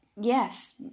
yes